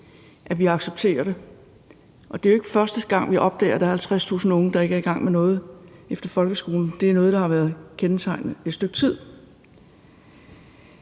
at vi accepterer det. Og det er ikke første gang, vi opdager, at der er 50.000 unge, der ikke er i gang med noget efter folkeskolen. Det er noget, der har været kendetegnende i et stykke tid.